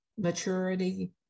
maturity